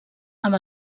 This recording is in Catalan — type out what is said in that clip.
amb